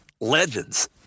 legends